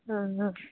ਹਾਂ ਹਾਂ